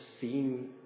seen